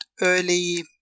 early